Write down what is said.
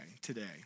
today